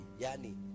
Yani